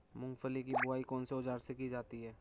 मूंगफली की बुआई कौनसे औज़ार से की जाती है?